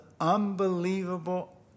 unbelievable